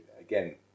again